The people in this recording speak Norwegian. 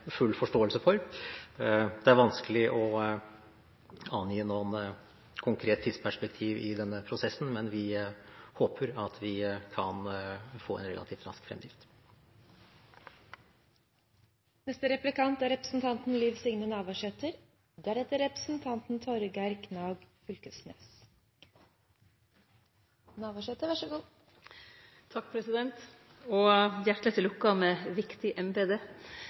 full forståelse for. Det er vanskelig å angi noe konkret tidsperspektiv i den prosessen, men vi håper at vi kan få en relativ rask fremdrift. Hjarteleg til lukke med viktig